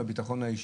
הביטחון האישי,